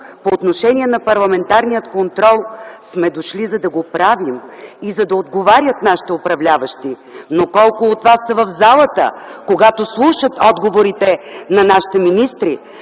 по отношение на парламентарния контрол сме дошли, за да го правим и за да отговарят нашите управляващи, но колко от вас са в залата, когато слушат отговорите на нашите министри?